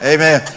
Amen